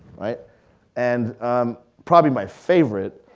and probably my favorite,